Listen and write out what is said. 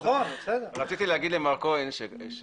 רציתי להגיד למר כהן שהוא